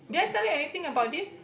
did I tell you anything about this